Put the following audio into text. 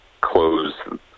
close